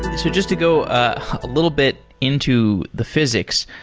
so just to go a little bit into the physics,